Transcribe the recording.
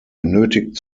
benötigt